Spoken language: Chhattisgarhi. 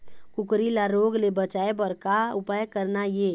कुकरी ला रोग ले बचाए बर का उपाय करना ये?